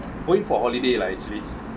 going for holiday lah actually